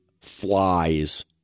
flies